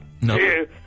No